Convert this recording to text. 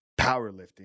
powerlifting